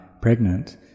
pregnant